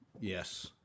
Yes